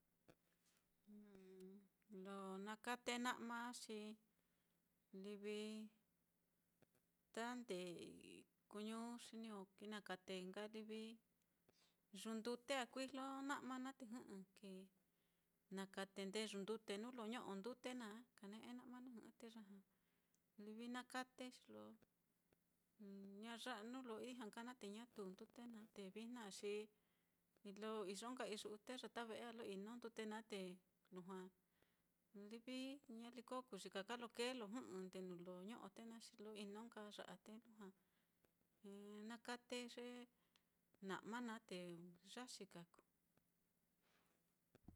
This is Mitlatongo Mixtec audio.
Lo nakate na'ma á, xi livi ta nde ikuñu xi niño kinakate nka livi yundute á kuijlo na'ma naá te jɨ'ɨ ki nakate nde yuu ndute nuu lo ño'o ndute naá, kane'e na'ma naá jɨ'ɨ te yajá, livi nakate xi lo ya nuu lo ijña nka naá, te ñatu ndute naá, te vijna á xi lo iyo nka iyu'u té yata ve'e á, lo ino ndute naá, te lujua livi ñaliko kuyika ka lo kee lo jɨ'ɨ nde nuu lo ño'o te naá, xi lo ino nka ya á, te lujua na kate ye na'ma naá, te yaxi ka kuu.